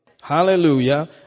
Hallelujah